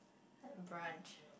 had brunch